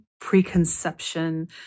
preconception